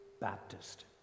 Baptist